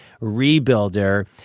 rebuilder